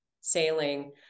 sailing